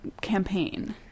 campaign